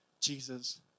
Jesus